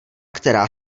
která